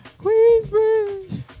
Queensbridge